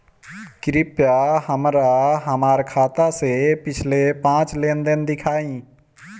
कृपया हमरा हमार खाते से पिछले पांच लेन देन दिखाइ